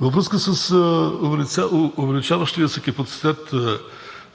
Във връзка с увеличаващия се капацитет